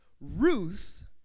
Ruth